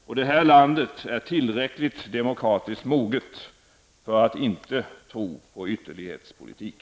Och det här landet är tillräckligt demokratiskt moget för att inte tro på ytterlighetspolitik.